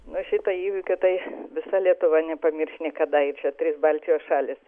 nu šito įvykio tai visa lietuva nepamirš niekada ir čia trys baltijos šalys